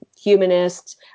humanists